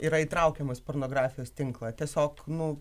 yra įtraukiamos pornografijos tinklą tiesiog nu